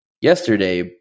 yesterday